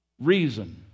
reason